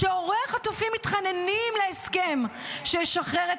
כשהורי החטופים מתחננים להסכם שישחרר את